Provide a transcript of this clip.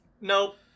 Nope